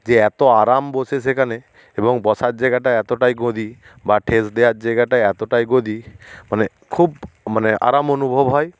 যে এত আরাম বসে সেখানে এবং বসার জায়গাটা এতটাই গদি বা ঠেস দেওয়ার জায়গাটা এতটাই গদি মানে খুব মানে আরাম অনুভব হয়